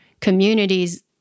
communities